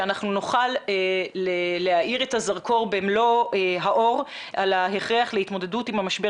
שאנחנו נוכל להאיר את הזרקור במלוא האור על ההכרח להתמודדות עם המשבר